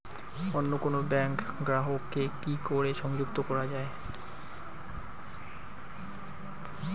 অন্য কোনো ব্যাংক গ্রাহক কে কি করে সংযুক্ত করা য়ায়?